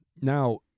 now